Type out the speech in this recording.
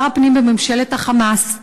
שר הפנים בממשלת ה"חמאס",